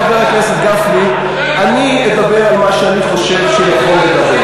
חבר הכנסת גפני: אני אדבר על מה שאני חושב שנכון לדבר.